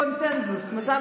הינה, קונסנזוס.